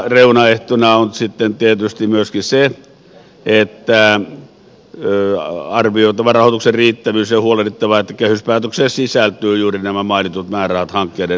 reunaehtona on sitten tietysti myöskin se että on arvioitava rahoituksen riittävyys ja on huolehdittava että kehyspäätökseen sisältyvät juuri nämä mainitut määrärahat hankkeiden toteuttamiseen